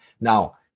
now